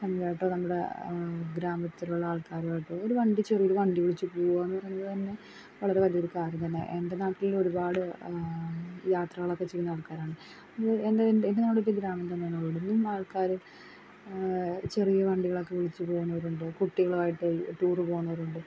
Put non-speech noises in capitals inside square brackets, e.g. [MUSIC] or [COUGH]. അല്ലാട്ടോ നമ്മുടെ ഗ്രാമത്തിലുള്ള ആൾക്കാരുവായിട്ടോ ഒരു വണ്ടി ചെറിയൊരു വണ്ടി വിളിച്ച് പോവാൻ പറയുന്നത് തന്നെ വളരെ വലിയൊരു കാര്യം തന്നെ എൻ്റെ നാട്ടിലൊരുപാട് യാത്രകളൊക്കെ ചെയ്യുന്ന ആൾക്കാരാണ് എൻ്റെ [UNINTELLIGIBLE] ആൾക്കാർ ചെറിയ വണ്ടികളക്കെ വിളിച്ച് പോവുന്നവരുണ്ട് കുട്ടികളുവായിട്ട് ടൂറ് പോകുന്നവരുണ്ട്